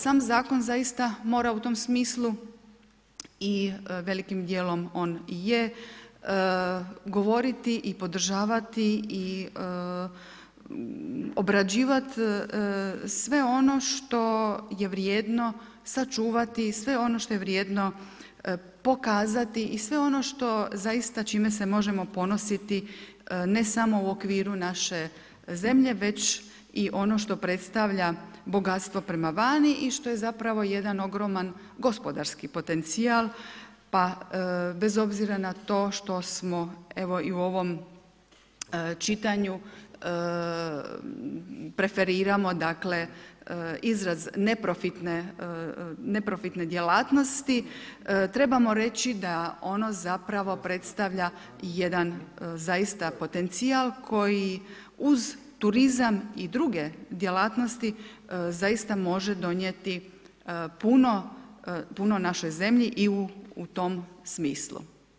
Sam Zakon zaista mora u tom smislu i velikim dijelom on i je govoriti i podržavati i obrađivati sve ono što je vrijedno sačuvati, sve ono što je vrijedno pokazati i sve ono što zaista čime se možemo ponositi ne samo u okviru naše zemlje, već i ono što predstavlja bogatstvo prema vani i što je zapravo jedan ogroman gospodarski potencijal, pa bez obzira na to što smo evo i u ovom čitanju preferiramo dakle, izraz neprofitne djelatnosti, trebamo reći da ono zapravo predstavlja jedan zaista potencijal koji uz turizam i druge djelatnosti zaista može donijeti puno našoj zemlji i u tom smislu.